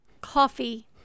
coffee